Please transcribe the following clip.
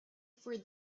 for